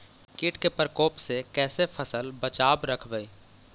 कीट के परकोप से कैसे फसल बचाब रखबय?